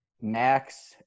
max